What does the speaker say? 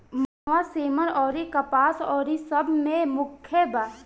मनवा, सेमर अउरी कपास अउरी सब मे मुख्य बा